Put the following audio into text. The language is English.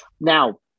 Now